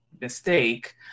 mistake